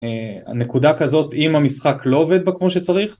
הנקודה כזאת אם המשחק לא עובד בה כמו שצריך